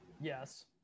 Yes